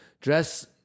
dress